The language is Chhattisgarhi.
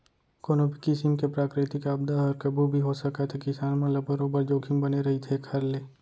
कोनो भी किसिम के प्राकृतिक आपदा हर कभू भी हो सकत हे किसान मन ल बरोबर जोखिम बने रहिथे एखर ले